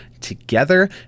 together